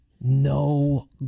no